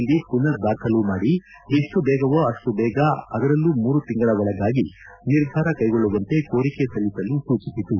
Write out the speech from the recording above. ಯಲ್ಲಿ ಪುನರ್ ದಾಖಲು ಮಾಡಿ ಎಷ್ಟು ಬೇಗವೋ ಅಷ್ಟು ದೇಗ ಅದರಲ್ಲೂ ಮೂರು ತಿಂಗಳ ಒಳಗಾಗಿ ನಿರ್ಧಾರ ಕೈಗೊಳ್ಳುವಂತೆ ಕೋರಕೆ ಸಲ್ಲಿಸಲು ಸೂಚಿಸಿತು